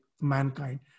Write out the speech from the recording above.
mankind